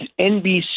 NBC